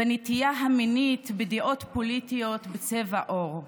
בנטייה המינית, בדעות פוליטיות, בצבע עור.